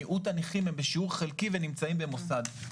מיעוט הנכים הם בשיעור חלקי ונמצאים במוסד,